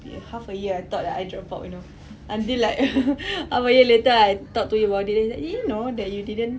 half a year I thought that I dropped out you know until like half a year later I talk to him about it then he say !ee! no that you didn't